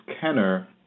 Kenner